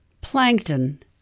Plankton